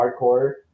hardcore